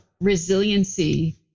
resiliency